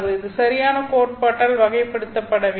இது சரியான கோட்பாட்டால் வகைப்படுத்தப்படவில்லை